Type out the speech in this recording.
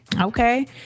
Okay